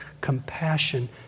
compassion